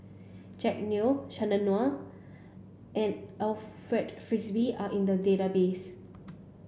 Jack Neo Chandran Nair and Alfred Frisby are in the database